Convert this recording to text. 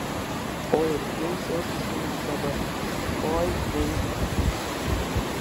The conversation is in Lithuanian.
oi ir krimstels jis jiems dabar oi krimstels